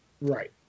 right